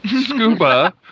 scuba